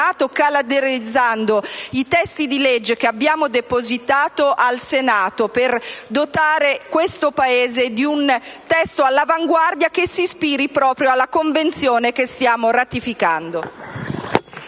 calendarizzando i disegni di legge che abbiamo depositato, per dotare il nostro Paese di un testo all'avanguardia che si ispiri proprio alla Convenzione che stiamo ratificando.